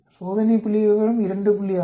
சோதனை புள்ளிவிவரம் 2